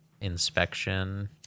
inspection